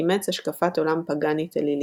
אימץ השקפת עולם פגאנית אלילית.